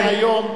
היום".